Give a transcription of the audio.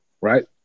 right